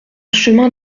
chemin